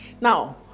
now